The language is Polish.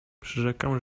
przyrzekam